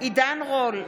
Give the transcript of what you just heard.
עידן רול,